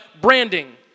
branding